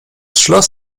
schloss